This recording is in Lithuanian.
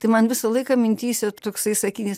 tai man visą laiką mintyse toksai sakinys